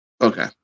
Okay